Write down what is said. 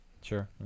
Sure